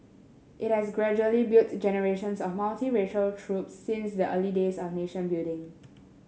it has gradually built generations of multiracial troops since the early days of nation building